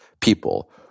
people